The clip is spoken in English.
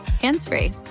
hands-free